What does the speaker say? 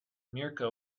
mirco